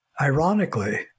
Ironically